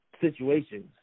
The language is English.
situations